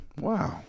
wow